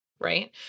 right